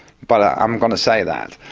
but i'm going to say that.